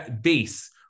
base